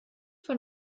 von